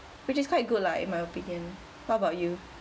which is quite good lah in my opinion what about you